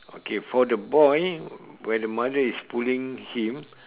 okay for the boy where the mother is pulling him